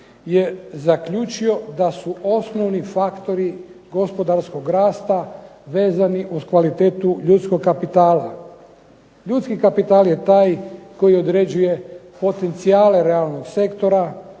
je zaključio da su osnovni faktori gospodarskog rasta vezani uz kvalitetu ljudskog kapitala. Ljudski kapital je taj koji određuje potencijale realnog sektora,